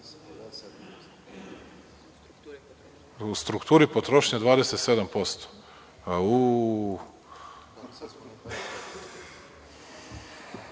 U strukturi potrošnje 27%.